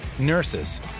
nurses